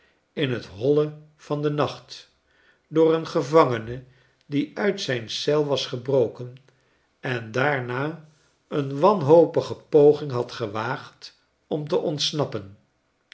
in t holle van den nacht door een gevangene die uit zijn eel was gebroken en daarna een wanhopige poging had gewaagd om te ontsnappen